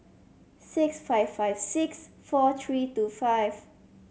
six five five six four three two five